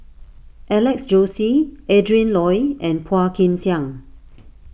Alex Josey Adrin Loi and Phua Kin Siang